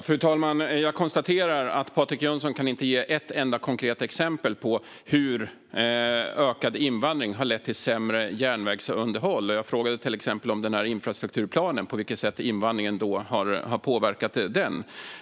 Fru talman! Jag konstaterar att Patrik Jönsson inte kan ge ett enda konkret exempel på hur ökad invandring har lett till sämre järnvägsunderhåll. Jag frågade till exempel på vilket sätt invandringen har påverkat infrastrukturplanen.